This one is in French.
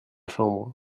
chambre